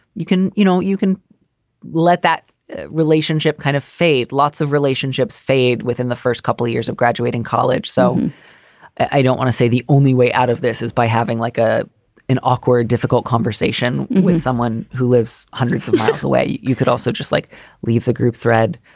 you can you know, you can let that relationship kind of fade. lots of relationships fade within the first couple of years of graduating college. so i don't want to say the only way out of this is by having like a an awkward, difficult conversation with someone who lives hundreds of miles away. you you could also just like leave the group thread,